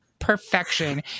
Perfection